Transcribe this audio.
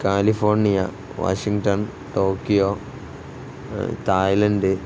California Washington Tokyo Thailand